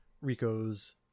rico's